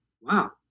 wow